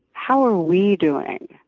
how are we doing?